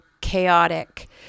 chaotic